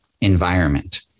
environment